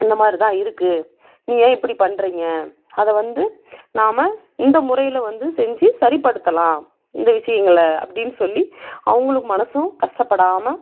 இந்த மாதிரி தான் இருக்கு நீ ஏன் இப்படி பண்ணுறீங்க அதை வந்து நாம இந்த முறையில் வந்து செஞ்சு சரிப்படுத்தலாம் இந்த விஷயங்களை அப்படின்னு சொல்லி அவங்குளுக்கும் மனசும் கஷ்டப்படாமல்